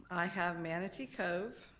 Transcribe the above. i have manatee cove,